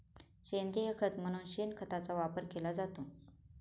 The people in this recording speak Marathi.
सेंद्रिय खत म्हणून शेणखताचा वापर केला जातो